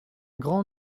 grand